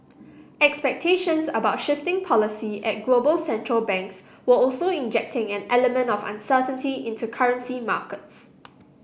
expectations about shifting policy at global central banks were also injecting an element of uncertainty into currency markets